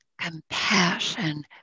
compassion